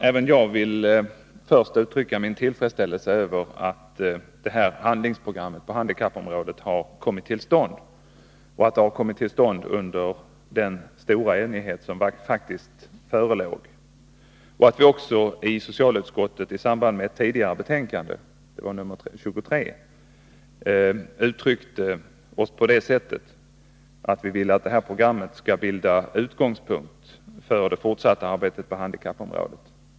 Även jag vill först uttrycka min tillfredsställelse över att detta handlingsprogram på handikappområdet har kommit till stånd, att det har kommit till stånd under den stora enighet som faktiskt förelegat och att vi i socialutskottet i ett tidigare betänkande, nr 23, uttryckte oss på det sättet att vi ville att detta program skall bilda utgångspunkt för det fortsatta arbetet på handikappområdet.